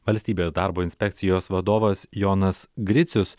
valstybės darbo inspekcijos vadovas jonas gricius